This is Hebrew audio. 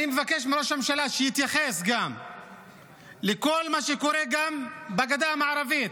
אני מבקש מראש הממשלה שגם יתייחס לכל מה שקורה בגדה המערבית.